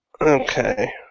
Okay